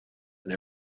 and